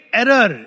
error